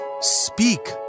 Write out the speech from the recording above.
Speak